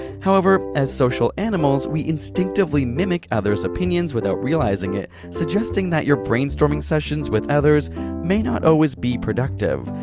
however, as social animals we instinctively mimic others opinions without realizing it, suggesting that your brainstorming sessions with others may not always be productive.